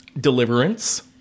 Deliverance